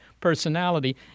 personality